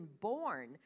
born